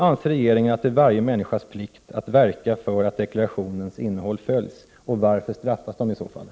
Anser regeringen att det är varje människas plikt att verka för att deklarationens innehåll följs? Varför straffas man i så fall?